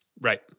Right